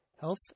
Health